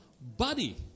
body